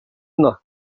nach